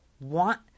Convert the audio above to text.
want